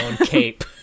cape